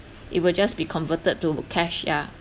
it will just be converted to cash yeah